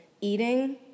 eating